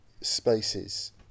spaces